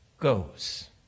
goes